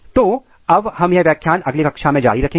तो अब हम यह व्याख्यान अगली कक्षा में जारी रखेंगे